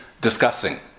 discussing